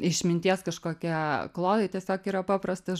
išminties kažkokie klodai tiesiog yra paprastas